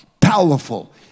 powerful